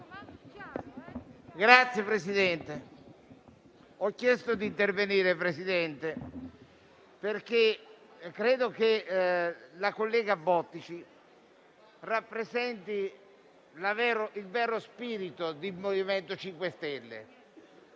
Signor Presidente, ho chiesto di intervenire perché credo che la collega Bottici rappresenti il vero spirito del MoVimento 5 Stelle.